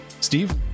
Steve